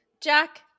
Jack